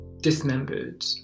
dismembered